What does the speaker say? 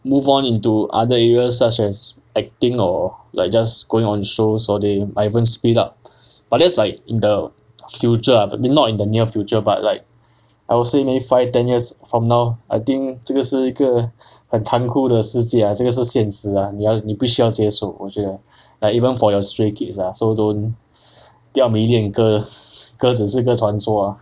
move on into other areas such as acting or like just going on shows or they might even split up but that's like in the future ah but maybe not in the near future but like I will say maybe five ten years from now I think 这个是一个很残酷的世界 ah 这个是现实 ah 你要你必须要接受我觉得 like even for your stray kids ah so don't 不要迷恋哥哥只是个传说 ah